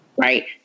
right